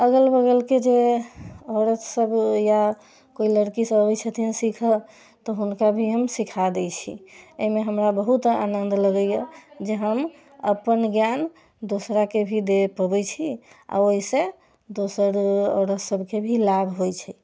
अगल बगलके जे औरत सभ या कोइ लड़की सभ अबै छथिन सिखऽ तऽ हुनका भी हम सिखा दै छी एहिमे हमरा बहुत आनन्द लगैया जे हम अपन ज्ञान दोसराके भी दऽ पबै छी आओर ओहिसँ दोसर औरतो सभके भी लाभ होइ छै